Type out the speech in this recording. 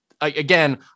Again